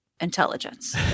intelligence